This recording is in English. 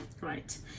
right